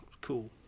cool